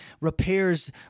repairs